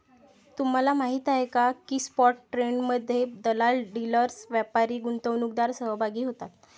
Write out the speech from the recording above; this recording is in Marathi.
तुम्हाला माहीत आहे का की स्पॉट ट्रेडमध्ये दलाल, डीलर्स, व्यापारी, गुंतवणूकदार सहभागी होतात